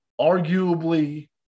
arguably